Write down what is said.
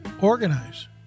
organize